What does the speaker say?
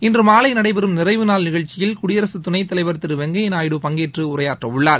இன்று மாலை நடைபெறும் நிறைவு நாள் நிகழ்ச்சியில் குடியரசுத் துணைத் தலைவர் திரு வெங்கையா நாயுடு பங்கேற்று உரையாற்றவுள்ளார்